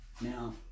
Now